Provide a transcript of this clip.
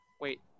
Wait